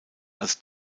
als